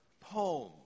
poem